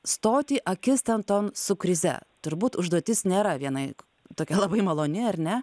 stoti akistanton su krize turbūt užduotis nėra vienaik tokia labai maloni ar ne